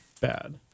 bad